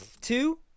two